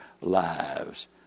lives